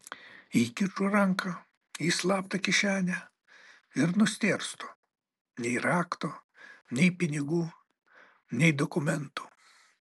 įkišu ranką į slaptą kišenę ir nustėrstu nei rakto nei pinigų nei dokumentų